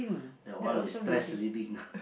that one is stress reading